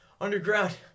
underground